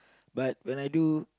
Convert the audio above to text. but when I do